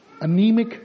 anemic